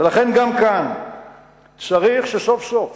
ולכן גם כאן צריך שסוף-סוף